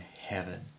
heaven